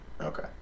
okay